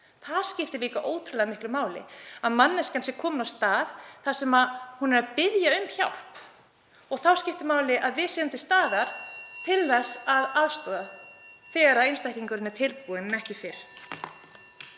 Það skiptir líka ótrúlega miklu máli, að manneskjan sé komin á stað þar sem hún er að biðja um hjálp. (Forseti hringir.) Þá skiptir máli að við séum til staðar til þess að aðstoða þegar einstaklingurinn er tilbúinn en ekki fyrr.